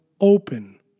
open